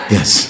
Yes